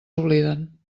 obliden